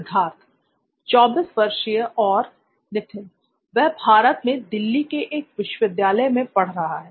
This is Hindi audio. सिद्धार्थ 24 वर्षीय और नित्थिन वह भारत में दिल्ली के एक विश्वविद्यालय में पढ़ रहा है